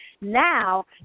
now